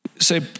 Say